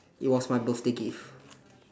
it was my birthday gift